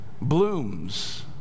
blooms